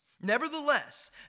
Nevertheless